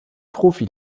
profi